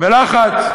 ולחץ,